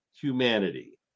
humanity